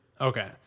Okay